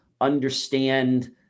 understand